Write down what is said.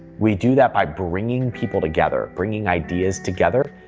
we do that by bringing people together, bringing ideas together,